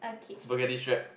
spaghetti strap